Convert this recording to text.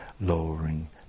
lowering